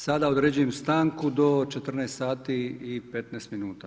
Sada određujem stanku do 14 sati i 15 min.